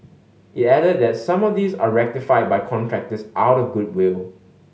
it added that some of these are rectified by contractors out of goodwill